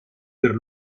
per